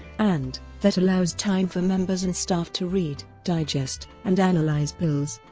and that allows time for members and staff to read, digest, and analyze bills.